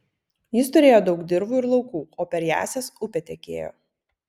jis turėjo daug dirvų ir laukų o per jąsias upė tekėjo